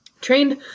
Trained